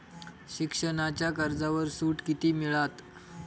शिक्षणाच्या कर्जावर सूट किती मिळात?